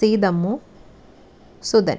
Seethammu സുധന്